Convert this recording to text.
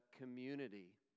community